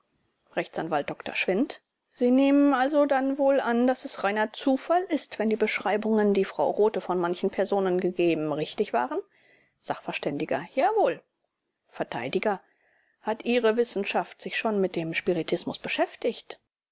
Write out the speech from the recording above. a dr schwindt sie nehmen alsdann wohl an daß es reiner zufall ist wenn die beschreibungen die frau rothe von manchen personen gegeben richtig waren sachv jawohl vert hat ihre wissenschaft sich schon mit dem spiritismus beschäftigt